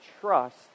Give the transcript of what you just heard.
trust